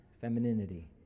femininity